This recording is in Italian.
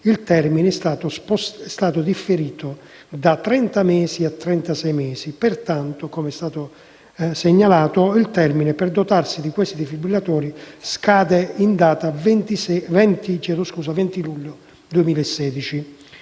il termine è stato portato da trenta a trentasei mesi. Pertanto, come è stato segnalato, il termine per dotarsi dei defibrillatori scade in data 20 luglio 2016.